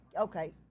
okay